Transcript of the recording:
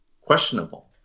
questionable